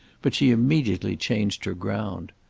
but she immediately changed her ground.